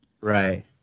Right